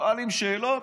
שואלים שאלות.